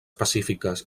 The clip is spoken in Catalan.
pacífiques